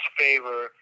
favor